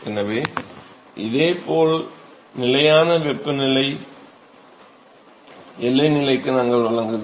எனவே இதேபோல் நிலையான வெப்பநிலை எல்லை நிலைக்கு நாங்கள் வழங்குகிறோம்